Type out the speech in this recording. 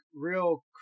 real